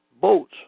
boats